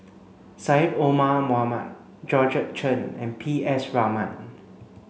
Syed Omar Mohamed Georgette Chen and P S Raman